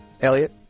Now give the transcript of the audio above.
Elliot